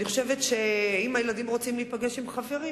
אני חושבת שאם הילדים רוצים להיפגש עם חברים,